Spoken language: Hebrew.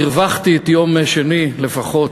הרווחתי את יום שני לפחות.